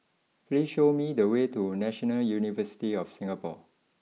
please show me the way to National University of Singapore